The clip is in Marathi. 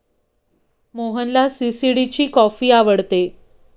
मोहनला सी.सी.डी ची कॉफी आवडते